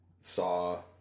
saw